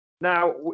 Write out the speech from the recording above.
Now